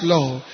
Lord